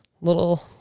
little